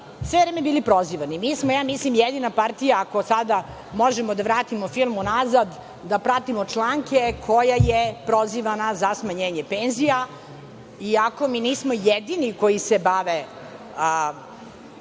MMF-om, bili prozivani. Mi smo, ja mislim, jedina partija, ako sada možemo da vratimo film unazad, da pratimo članke, koja je prozivana za smanjenje penzija, iako mi nismo jedini koji se bave,